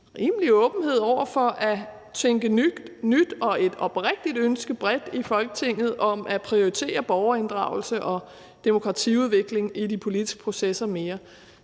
rimelig stor åbenhed over for at tænke nyt og et oprigtigt ønske bredt i Folketinget om at prioritere borgerinddragelse og demokratiudvikling i de politiske processer mere.